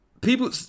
People